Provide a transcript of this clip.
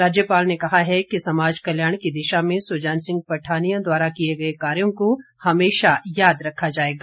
राज्यपाल ने कहा है कि समाज कल्याण की दिशा में सुजान सिंह पठानिया द्वारा किए गए कार्यों को हमेशा याद रखा जाएगा